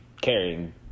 carrying